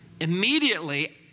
immediately